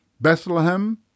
Bethlehem